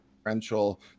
differential